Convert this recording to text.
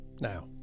Now